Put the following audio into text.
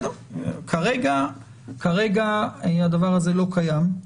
כרגע הדבר הזה לא קיים.